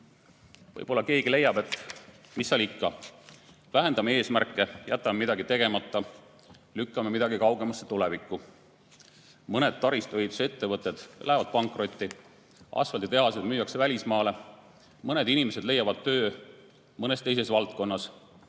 keegi leiab, et mis seal ikka, vähendame eesmärke, jätame midagi tegemata, lükkame midagi kaugemasse tulevikku, mõned taristuehitusettevõtted lähevad pankrotti, asfalditehased müüakse välismaale, mõned inimesed leiavad töö mõnes teises valdkonnas,